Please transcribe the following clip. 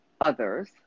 others